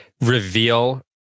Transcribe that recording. reveal